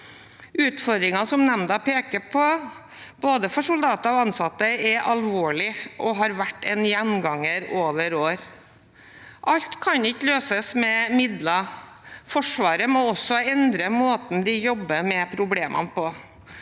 Utfordringene nemnda peker på for både soldater og ansatte, er alvorlige og har vært en gjenganger over år. Alt kan ikke løses med midler. Forsvaret må også endre måten de jobber med problemene på.